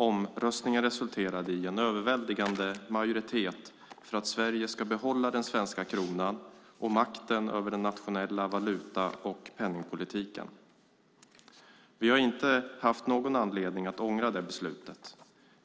Omröstningen resulterade i en överväldigande majoritet för att Sverige ska behålla den svenska kronan och makten över den nationella valuta och penningpolitiken. Vi har inte haft någon anledning att ångra detta beslut.